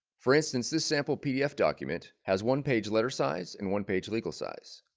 for instance this sample pdf document has one page letter size and one page legal size.